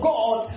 God